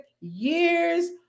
years